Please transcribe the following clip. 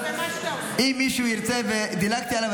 אם מישהו ירצה ודילגתי עליו,